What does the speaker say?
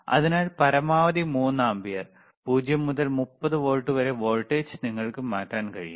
അതിനാൽ പരമാവധി 3 ആമ്പിയർ 0 മുതൽ 30 വോൾട്ട് വരെ വോൾട്ടേജ് നിങ്ങൾക്ക് മാറ്റാൻ കഴിയും